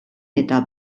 eta